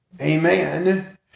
Amen